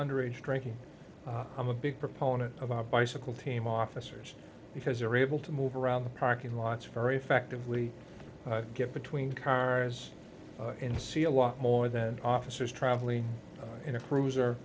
underage drinking i'm a big proponent of our bicycle team officers because they are able to move around the parking lots of very effectively get between cars and see a lot more than officers traveling in a cruiser or